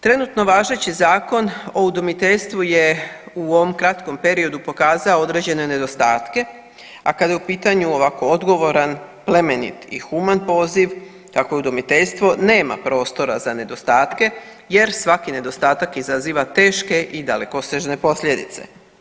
Trenutno važeći Zakon o udomiteljstvu je u ovom kratkom periodu pokazao određene nedostatke, a kada je u pitanju ovako odgovoran, plemenit i human poziv tako udomiteljstvo nema prostora za nedostatke jer svaki nedostatak izaziva teške i dalekosežne posljedice.